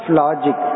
logic